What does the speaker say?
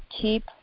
keep